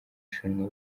rushanwa